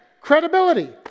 credibility